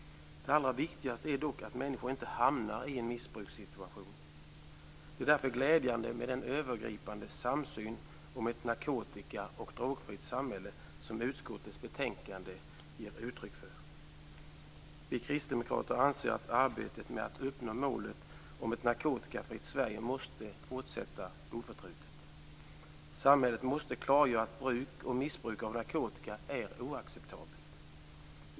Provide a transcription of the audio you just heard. Det allra viktigaste är dock att människor inte hamnar i en missbrukssituation. Det är därför glädjande med den övergripande samsyn om ett narkotika och drogfritt samhälle som utskottets betänkande ger uttryck för. Vi kristdemokrater anser att arbetet med att uppnå målet om ett narkotikafritt Sverige oförtrutet måste fortsätta. Samhället måste klargöra att bruk och missbruk av narkotika är oacceptabelt.